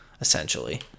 essentially